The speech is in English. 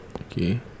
Okay